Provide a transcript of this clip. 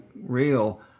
real